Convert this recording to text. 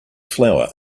flour